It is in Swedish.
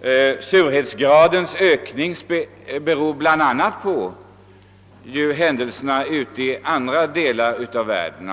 andra förhållanden kan också spela in, bl.a. vissa händelser ute i Europa och andra delar av världen.